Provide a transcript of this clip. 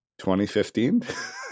2015